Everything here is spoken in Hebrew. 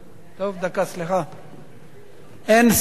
אין שר.